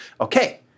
okay